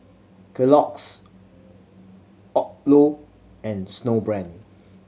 Kellogg's Odlo and Snowbrand